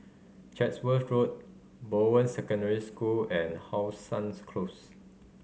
Chatsworth Road Bowen Secondary School and How Suns Close